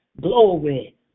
glory